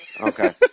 Okay